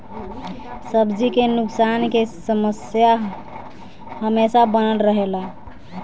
सब्जी के नुकसान के समस्या हमेशा बनल रहेला